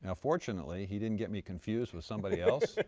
and fortunately he didn't get me confused with somebody else.